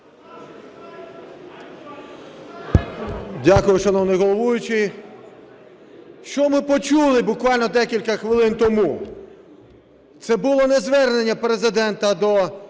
Дякую, шановний головуючий. Що ми почули буквально декілька хвилин тому? Це було не звернення Президента до